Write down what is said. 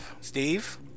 Steve